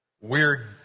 weird